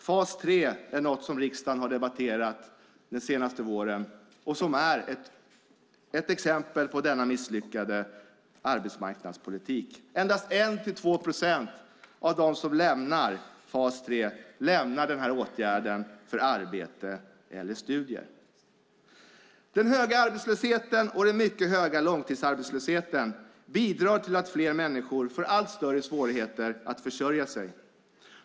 Fas 3 är något som riksdagen har debatterat den senaste våren och som är ett exempel på denna misslyckade arbetsmarknadspolitik. Endast 1-2 procent av dem som lämnar fas 3 lämnar den åtgärden för arbete eller studier. Den höga arbetslösheten och den mycket höga långtidsarbetslösheten bidrar till att fler människor får allt större svårigheter att försörja sig.